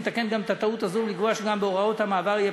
לתקן גם את הטעות הזאת ולקבוע שגם בהוראות המעבר יהיה